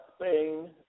Spain